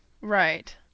right